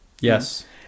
Yes